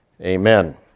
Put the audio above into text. Amen